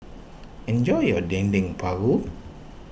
enjoy your Dendeng Paru